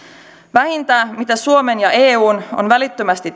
vähintä mitä suomen ja eun on välittömästi